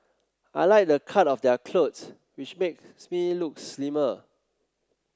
I like the cut of their clothes which makes me look slimmer